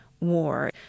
war